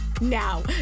Now